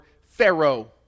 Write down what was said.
pharaoh